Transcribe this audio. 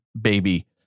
baby